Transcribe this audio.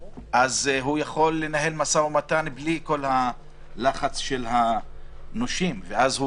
הוא יכול לנהל משא ומתן בלי לחץ של הנושים ואז הוא